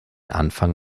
anfang